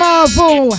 Marvel